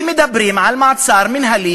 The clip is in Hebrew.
כי מדברים על מעצר מינהלי,